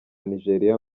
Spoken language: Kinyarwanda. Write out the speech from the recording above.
nigeria